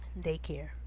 daycare